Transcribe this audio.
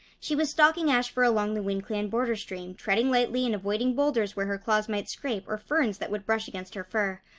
she was stalking ashfur along the windclan border stream, treading lightly, and avoiding boulders where her claws might scrape or ferns that would brush against her fur.